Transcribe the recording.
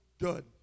good